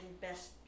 best